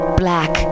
black